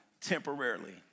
temporarily